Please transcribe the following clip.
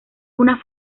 una